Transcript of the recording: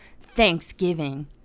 Thanksgiving